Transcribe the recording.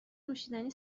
نوشیدنی